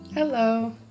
Hello